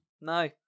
No